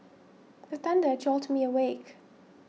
the thunder jolt me awake